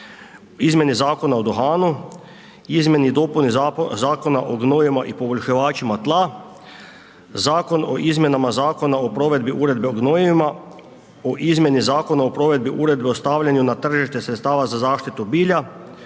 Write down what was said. izmjeni Zakona o duhanu, izmjeni i dopuni Zakona o gnojivima i poboljšivačima tla, Zakon o izmjenama Zakona o provedbi uredbe o gnojivima, o izmjeni Zakona o provedbi uredbe o stavljanju na tržište sredstava za zaštitu bilja,